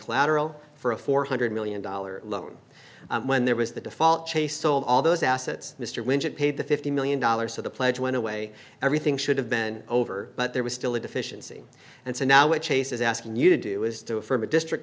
collateral for a four hundred million dollars loan when there was the default chase so all those assets mr winship paid the fifty million dollars so the pledge went away everything should have been over but there was still a deficiency and so now what chase is asking you to do is to affirm a district